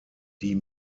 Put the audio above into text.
die